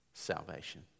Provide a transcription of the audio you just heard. salvation